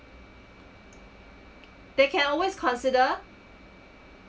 they can always consider